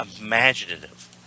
imaginative